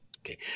Okay